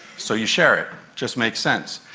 so you share it. it just makes sense.